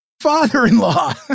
father-in-law